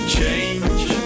change